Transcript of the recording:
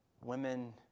women